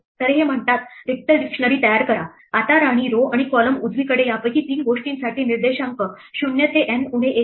तर हे म्हणतात रिक्त डिक्शनरी तयार करा आता राणीrow आणि column उजवीकडे यापैकी तीन गोष्टींसाठी निर्देशांक 0 ते N उणे 1 आहेत